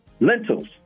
Lentils